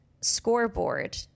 scoreboard